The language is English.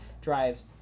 drives